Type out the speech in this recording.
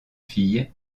fille